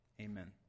Amen